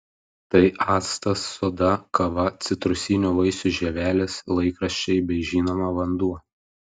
tai actas soda kava citrusinių vaisių žievelės laikraščiai bei žinoma vanduo